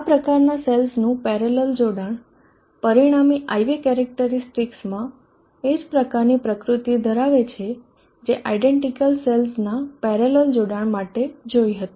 આ પ્રકારનાં સેલ્સનું પેરેલલ જોડાણ પરિણામી IVકેરેક્ટરીસ્ટિકસમાં એ જ પ્રકારની પ્રકૃતિ ધરાવે છે જે આયડેન્ટીકલ સેલ્સનાં પેરેલલ જોડાણ માટે જોઈ હતી